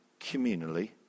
communally